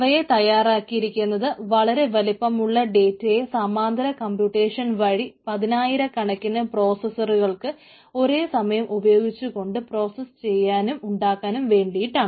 അവയെ തയാറാക്കിയിരിക്കുന്നത് വളരെ വലിപ്പമുള്ള ഡേറ്റയെ സമാന്തര കംപ്യൂടേഷൻ വഴി പതിനായിരക്കണക്കിന് പ്രോസസറ്കൾ ഒരേ സമയം ഉപയോഗിച്ചുകൊണ്ട് പ്രോസസ് ചെയ്യാനും ഉണ്ടാക്കാനും വേണ്ടിയിട്ടാണ്